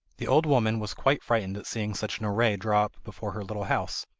the old woman was quite frightened at seeing such an array draw up before her little house,